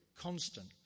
constant